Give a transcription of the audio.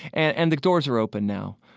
and and the doors are open now.